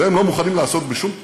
את זה הם לא מוכנים לעשות בשום תנאי,